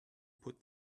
put